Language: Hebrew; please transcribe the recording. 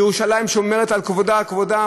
וירושלים שומרת על כבודה,